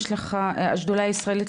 השדולה הישראלית,